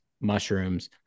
mushrooms